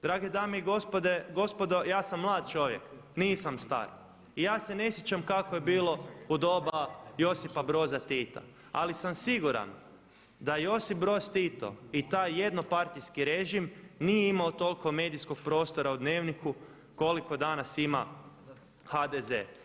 Drage dame i gospodo ja sam mlad čovjek, nisam star i ja se ne sjećam kako je bilo u doba Josipa Broza Tita, ali sam siguran da je Josip Broz Tito i taj jednopartijski režim nije imao toliko medijskog prostora u dnevniku koliko danas ima HDZ.